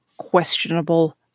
questionable